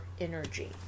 energy